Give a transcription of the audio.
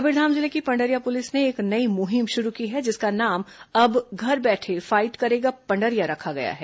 कबीरधाम जिले की पंडरिया पुलिस ने एक नई मुहिम शुरू की है जिसका नाम अब घर बैठे फाइट करेगा पंडरिया रखा गया है